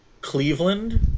Cleveland